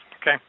okay